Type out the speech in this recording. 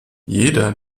jeder